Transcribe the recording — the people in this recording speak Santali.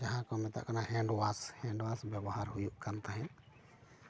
ᱡᱟᱦᱟᱸ ᱠᱚ ᱢᱮᱛᱟᱜ ᱠᱟᱱᱟ ᱦᱮᱱᱰ ᱚᱣᱟᱥ ᱦᱮᱱᱰ ᱚᱣᱟᱥ ᱵᱮᱵᱚᱦᱟᱨ ᱦᱩᱭᱩᱜ ᱠᱟᱱ ᱛᱟᱦᱮᱸᱫ